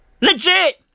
Legit